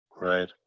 Right